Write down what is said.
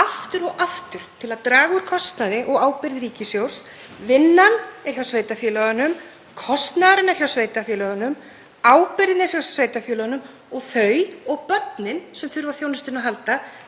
kjörtímabili til að draga úr kostnaði og ábyrgð ríkissjóðs. Vinnan er hjá sveitarfélögunum. Kostnaðurinn er hjá sveitarfélögunum, ábyrgðin er hjá sveitarfélögunum og þau og börnin sem þurfa á þjónustunni að halda